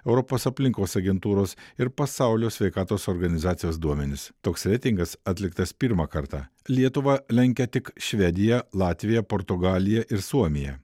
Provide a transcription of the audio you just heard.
europos aplinkos agentūros ir pasaulio sveikatos organizacijos duomenis toks reitingas atliktas pirmą kartą lietuva lenkia tik švedija latvija portugalija ir suomija